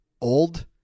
old